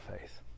faith